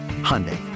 Hyundai